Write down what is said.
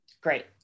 Great